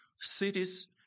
Cities